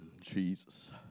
Jesus